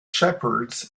shepherds